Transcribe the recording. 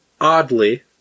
oddly